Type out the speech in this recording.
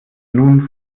nun